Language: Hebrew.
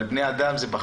אבל בני אדם זה פחות.